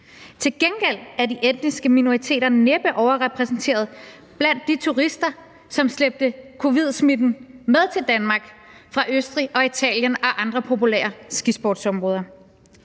Til gengæld er de etniske minoriteter næppe overrepræsenteret blandt de turister, som slæbte covid-19-smitten med til Danmark fra Østrig og Italien og andre populære skisportsområder.